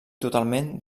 totalment